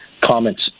comments